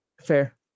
fair